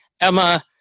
Emma